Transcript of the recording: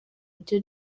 rye